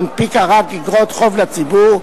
הנפיקה רק איגרות חוב לציבור,